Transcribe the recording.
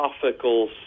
philosophical